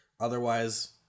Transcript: Otherwise